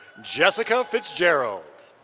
jessica fitzgerald.